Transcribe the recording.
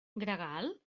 gregal